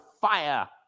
fire